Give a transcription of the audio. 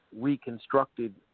reconstructed